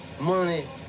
Money